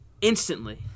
instantly